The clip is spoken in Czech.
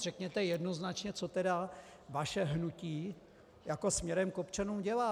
Řekněte jednoznačně, co tedy vaše hnutí směrem k občanům dělá.